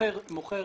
מוכר